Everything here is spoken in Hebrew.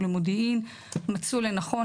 שלום לכולם,